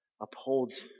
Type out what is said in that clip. upholds